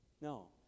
No